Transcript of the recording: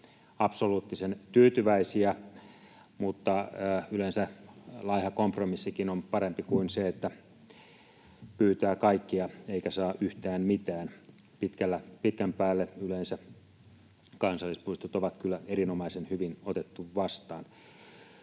absoluuttisen tyytyväisiä, mutta yleensä laiha kompromissikin on parempi kuin se, että pyytää kaikkea eikä saa yhtään mitään. Pitkän päälle yleensä kansallispuistot on kyllä erinomaisen hyvin otettu vastaan.